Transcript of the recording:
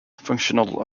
functional